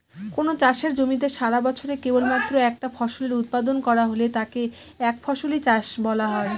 কোনো চাষের জমিতে সারাবছরে কেবলমাত্র একটা ফসলের উৎপাদন করা হলে তাকে একফসলি চাষ বলা হয়